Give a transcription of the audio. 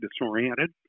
disoriented